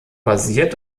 basiert